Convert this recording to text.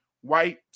white